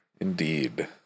Indeed